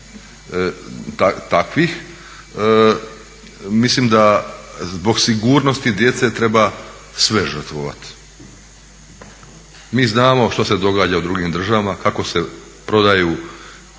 mislim da zbog sigurnosti djece treba sve žrtvovat. Mi znamo što se događa u drugim državama kako se prodaju,